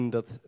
Dat